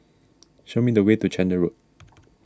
show me the way to Chander Road